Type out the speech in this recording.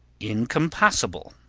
incompossible,